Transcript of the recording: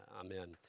amen